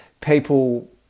people